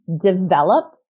develop